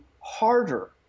harder